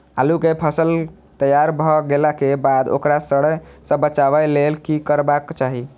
आलू केय फसल तैयार भ गेला के बाद ओकरा सड़य सं बचावय लेल की करबाक चाहि?